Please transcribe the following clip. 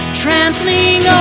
trampling